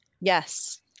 Yes